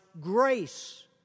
grace